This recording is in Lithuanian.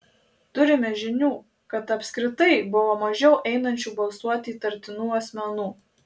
turime žinių kad apskritai buvo mažiau einančių balsuoti įtartinų asmenų